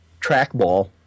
trackball